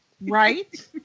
Right